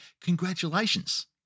congratulations